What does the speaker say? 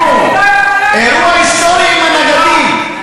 נו אירוע היסטורי עם הנגדים.